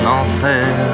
enfer